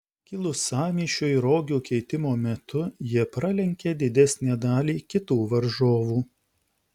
kilus sąmyšiui rogių keitimo metu jie pralenkė didesnę dalį kitų varžovų